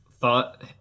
thought